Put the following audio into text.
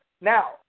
now